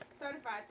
Certified